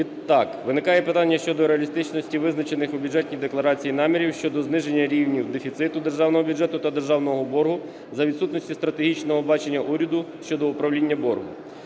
виникає питання щодо реалістичності визначених у Бюджетній декларації намірів щодо зниження рівня дефіциту державного бюджету та державного боргу за відсутності стратегічного бачення уряду щодо управління боргом.